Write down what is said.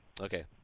Okay